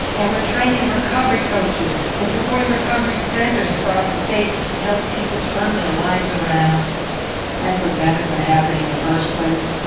and we're training recovery coaches and supporting recovery centers across the state to help people turn their lives around and prevent it from happening in the first place.